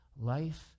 life